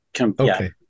Okay